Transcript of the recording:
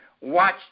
watch